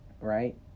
right